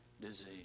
disease